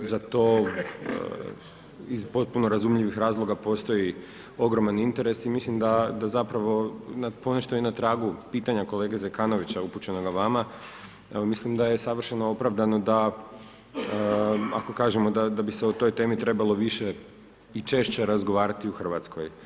Za to, iz potpuno razumljivih razloga postoji ogroman interes i mislim da zapravo po nešto i na tragu pitanja kolege Zekanovića, upućeno vama, mislim da je savršeno opravdano, da, ako kažemo, da bi se o toj temi bi se trebalo više i češće razgovarati u Hrvatskoj.